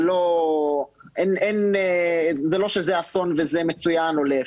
זה לא שזה אסון וזה מצוין ולהיפך.